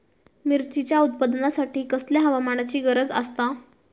मिरचीच्या उत्पादनासाठी कसल्या हवामानाची गरज आसता?